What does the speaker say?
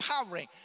empowering